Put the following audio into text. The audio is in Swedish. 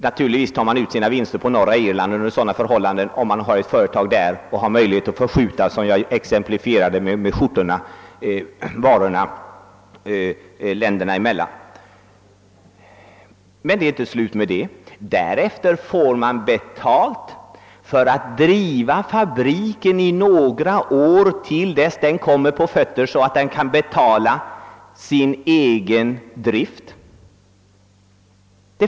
Naturligtvis tar man under sådana förhållanden ut sina vinster på Norra Irland om man driver ett företag där och har möjlighet att förskjuta varorna — som jag exemplifierade med skjortorna — mellan länderna. Men det är inte slut med det. Efter dessa tio år får företagaren pengar av staten för att driva fabriken i några år, tills den kommer på fötter så att den kan betala sin egen drift.